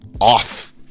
off